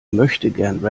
möchtegern